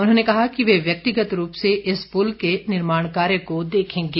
उन्होंने कहा कि वे व्यक्तिगत रूप से इस पुल के निर्माण कार्य को देखेंगे